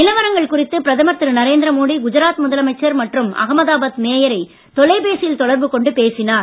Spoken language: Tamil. நிலவரங்கள் குறித்து பிரதமர் திரு நரேந்திர மோடி கஜராத் முதலமைச்சர் மற்றும் அகமதாபாத் மேயரை தொலைபேசியில் தொடர்பு கொண்டு பேசினார்